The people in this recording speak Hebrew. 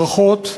ברכות.